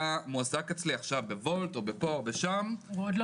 אתה מועסק עכשיו בוולט או --- עוד לא